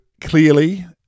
clearly